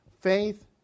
faith